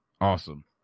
Awesome